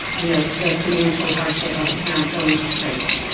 you know the financial hardship of a parent going to prison.